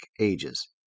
ages